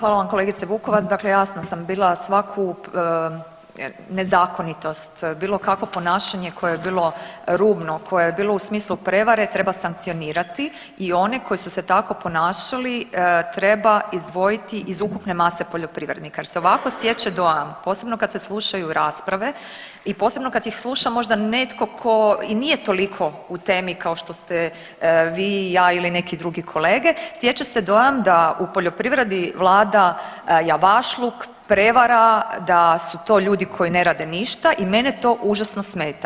Hvala vam kolegice Vukovac, dakle jasna sam bila, svaku nezakonitost, bilo kakvo ponašanje koje je bilo rubno, koje je bilo u smislu prevare treba sankcionirati i one koji su se tako ponašali treba izdvojiti iz ukupne mase poljoprivrednika, jer se ovako stječe dojam posebno kad se slušaju rasprave i posebno kad ih sluša možda netko tko i nije toliko u temi kao što ste vi, ja ili neki druge kolege stječe se dojam da u poljoprivredi vlada javašluk, prevara, da su to ljudi koji ne rade ništa i mene to užasno smeta.